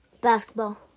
Basketball